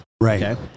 Right